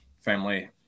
family